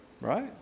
Right